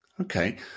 Okay